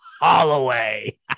Holloway